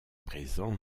présents